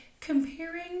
comparing